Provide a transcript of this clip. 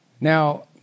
Now